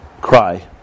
cry